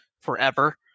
forever